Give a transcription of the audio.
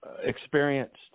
experienced